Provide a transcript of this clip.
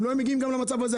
הם לא היו מגיעים גם למצב הזה.